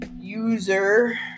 user